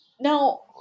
Now